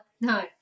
no